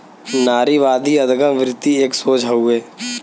नारीवादी अदगम वृत्ति एक सोच हउए